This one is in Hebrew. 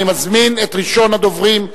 אני מזמין את ראשון הדוברים,